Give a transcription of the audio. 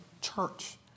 church